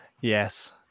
Yes